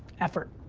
effort.